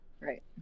Right